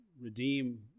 redeem